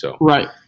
Right